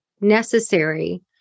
necessary